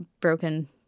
broken